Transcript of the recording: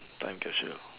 time capsule